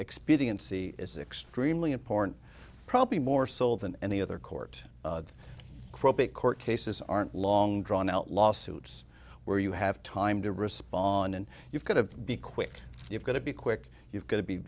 expediency it's extremely important probably more so than any other court court cases aren't long drawn out lawsuits where you have time to respond and you've got to be quick you've got to be quick you've got to be